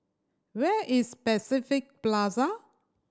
where is Pacific Plaza